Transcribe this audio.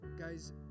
guys